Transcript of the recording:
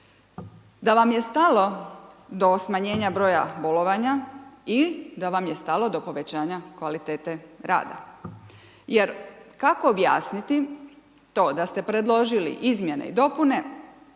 da vam je stalo do smanjenja broja bolovanja i da vam je stalo do povećanja kvalitete rada. Jer kako objasniti to da ste predložili izmjene i dopune